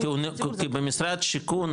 אבל התנאים לזכאות --- כי במשרד השיכון,